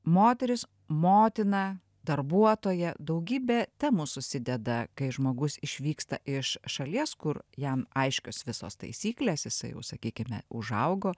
moteris motina darbuotoja daugybė temų susideda kai žmogus išvyksta iš šalies kur jam aiškios visos taisyklės jisai jau sakykime užaugo